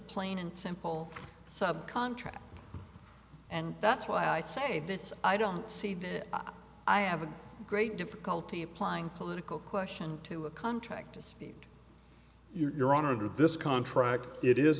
plain and simple sub contract and that's why i say this i don't see that i have a great difficulty applying political question to a contract dispute your honor this contract it is